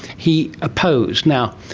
he opposed. now,